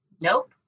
Nope